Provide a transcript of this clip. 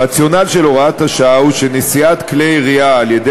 הרציונל של הוראת השעה הוא שנשיאת כלי ירייה על-ידי